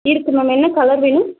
இருக்குது மேம் என்ன கலர் வேணும்